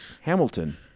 Hamilton